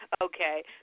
Okay